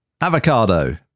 avocado